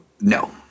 no